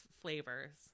flavors